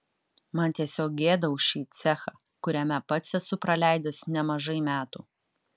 man tiesiog gėda už šį cechą kuriame pats esu praleidęs nemažai metų